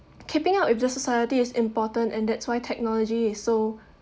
keeping up with the society is important and that's why technology is so